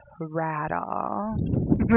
rattle